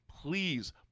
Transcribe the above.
please